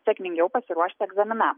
sėkmingiau pasiruošti egzaminams